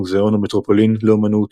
מוזיאון המטרופוליטן לאמנות,